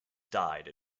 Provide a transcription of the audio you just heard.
died